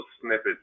snippets